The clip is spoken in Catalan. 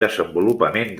desenvolupament